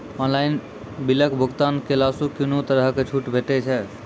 Online बिलक भुगतान केलासॅ कुनू तरहक छूट भेटै छै?